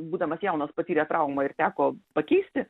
būdamas jaunas patyrė traumą ir teko pakeisti